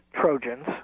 Trojans